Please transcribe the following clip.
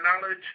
knowledge